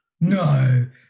No